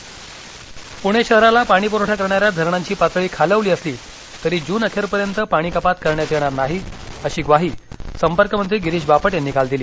पाणी पूणे शहराला पाणी पूरवठा करणाऱ्या धरणांची पातळी खालावली असली तरी जून अखेरपर्यंत पाणी कपात करण्यात येणार नाही अशी ग्वाही संपर्कमंत्री गिरीश बापट यांनी काल दिली